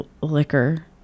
liquor